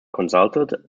consulted